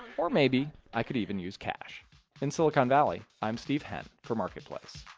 or maybe i could even use cash in silicon valley, i'm steve henn for marketplace